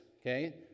okay